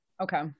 okay